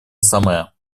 самое